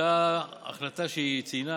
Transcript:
אותה החלטה שהיא ציינה,